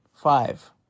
Five